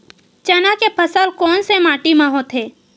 चना के फसल कोन से माटी मा होथे?